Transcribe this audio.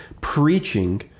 preaching